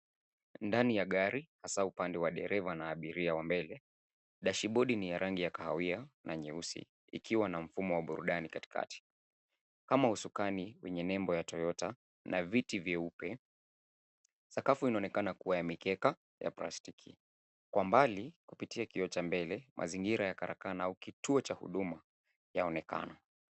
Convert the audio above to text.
Ndani ya gari hasa upande wa dereva na abiria wa mbele. Dashibodi ni ya rangi ya kahawia na nyeusi ikiwa na mfumo wa burudani katikati, kama usukani wenye nembo ya Toyota na viti vyeupe. Sakafu inaonekana kuwa ya mikeka ya plastiki. Kwa mbali, kupitia kioo cha mbele, mazingira ya karakana au kituo cha huduma yaonekana.